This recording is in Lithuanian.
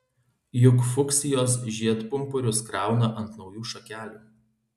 juk fuksijos žiedpumpurius krauna ant naujų šakelių